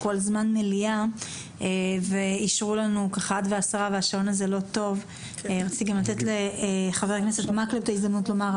אנחנו על זמן מליאה ואישרו לנו עד 16:10. רציתי לתת גם לחבר הכנסת מקלב הזדמנות להתייחס.